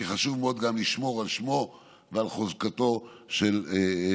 כי חשוב מאוד גם לשמור על שמו ועל חוזקו של העסק.